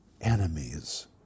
enemies